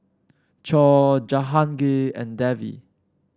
Choor Jahangir and Devi